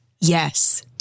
Yes